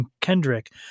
Kendrick